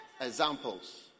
examples